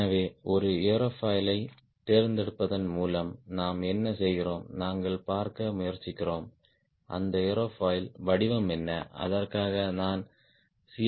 எனவே ஒரு ஏரோஃபைலைத் தேர்ந்தெடுப்பதன் மூலம் நாம் என்ன செய்கிறோம் நாங்கள் பார்க்க முயற்சிக்கிறோம் அந்த ஏரோஃபாயில் வடிவம் என்ன அதற்காக நான் சி